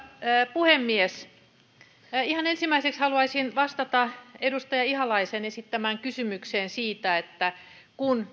puhemies ihan ensimmäiseksi haluaisin vastata edustaja ihalaisen esittämään kysymykseen siitä kun